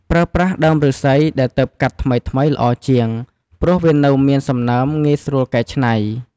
ប្រើប្រាស់ដើមឫស្សីដែលទើបកាត់ថ្មីៗល្អជាង ព្រោះវានៅមានសំណើមងាយស្រួលកែច្នៃ។